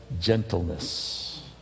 gentleness